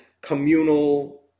communal